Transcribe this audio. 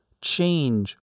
change